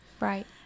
Right